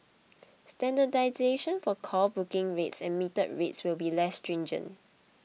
standardisation for call booking rates and metered rates will be less stringent